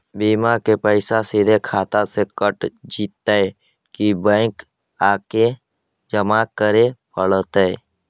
बिमा के पैसा सिधे खाता से कट जितै कि बैंक आके जमा करे पड़तै?